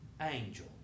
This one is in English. angel